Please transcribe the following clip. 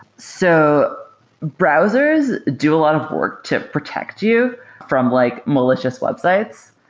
so browsers do a lot of work to protect you from like malicious websites.